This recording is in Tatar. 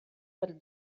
бер